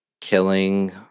killing